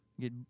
get